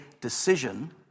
decision